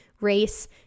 race